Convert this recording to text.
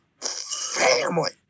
family